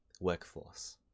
workforce